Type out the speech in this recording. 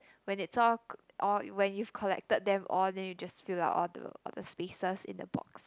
when it's all co~ all when you've collected them all then you just fill up all the all the spaces in the box